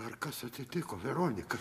ar kas atsitiko veronika